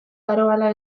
daroala